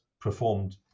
performed